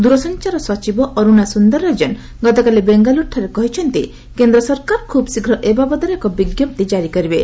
ଦୂରସଂଚାର ସଚିବ ଅରୁନା ସୁନ୍ଦରରାଜନ ଗତକାଲି ବେଙ୍ଗାଲୁରଠାରେ କହିଛନ୍ତି କେନ୍ଦ୍ର ସରକାର ଖୁବ୍ ଶୀଘ୍ର ଏ ବାବଦରେ ଏକ ବିଞ୍ଜପ୍ତି ଜାରି କରିବେ